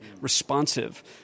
responsive